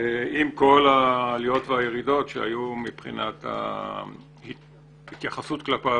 עם כל העליות והירידות שהיו מבחינת ההתייחסות כלפיו